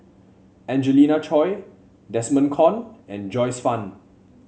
Angelina Choy Desmond Kon and Joyce Fan